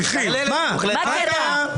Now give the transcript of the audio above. מה זה עשה לך?